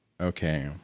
Okay